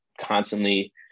constantly